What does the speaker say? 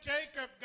Jacob